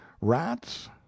rats